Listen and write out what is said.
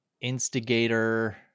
instigator